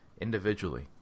individually